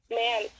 man